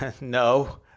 No